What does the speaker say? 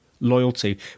loyalty